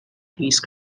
these